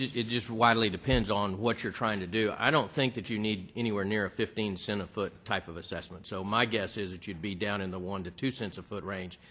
it just widely depends on what you're trying to do. i don't think that you need anywhere near a fifteen cent a foot type of assessment. assessment. so my guess is it should be down in the one to two cents a foot range,